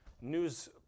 news